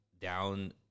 down